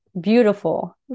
beautiful